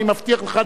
אני מבטיח לך,